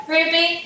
Ruby